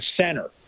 center